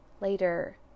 later